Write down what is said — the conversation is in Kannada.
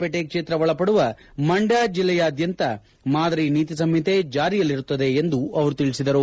ಪೇಟೆ ಕ್ಷೇತ್ರ ಒಳಪಡುವ ಮಂಡ್ಕ ಜಿಲ್ಲೆಯಾದ್ದಂತ ಮಾದರಿ ನೀತಿ ಸಂಹಿತೆ ಜಾರಿಯಲ್ಲಿರುತ್ತದೆ ಎಂದು ಅವರು ತಿಳಿಸಿದರು